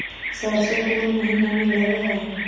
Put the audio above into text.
सरसों कोन महिना में लग है?